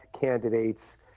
candidates